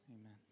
Amen